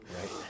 Right